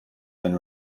then